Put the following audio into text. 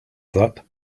that